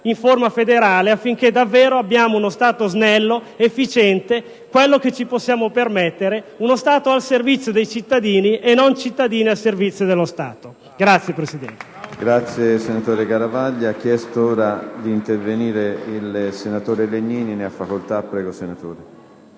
in forma federale, affinché davvero noi possiamo avere uno Stato snello ed efficiente. È quello che possiamo permetterci: uno Stato al servizio dei cittadini e non cittadini al servizio dello Stato.